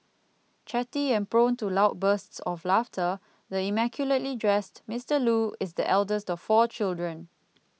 chatty and prone to loud bursts of laughter the immaculately dressed Mister Loo is the eldest of four children